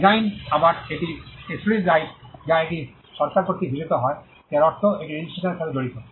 design আবার এটি exclusive rights যা এটি সরকার কর্তৃক ভূষিত হয় যার অর্থ এটি রেজিস্ট্রেশন এর সাথে জড়িত